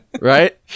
right